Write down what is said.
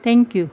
thank you